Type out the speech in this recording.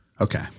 Okay